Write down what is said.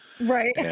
Right